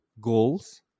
goals